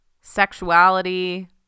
sexuality